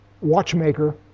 watchmaker